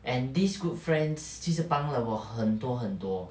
and these good friends 其实帮了我很多很多